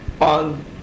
on